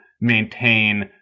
maintain